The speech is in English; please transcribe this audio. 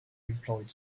employed